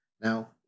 Now